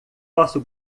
posso